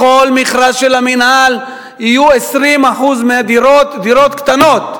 בכל מכרז של המינהל יהיו 20% דירות קטנות.